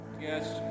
Yes